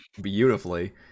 beautifully